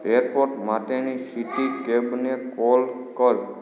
airport માટેની city કેબને call કર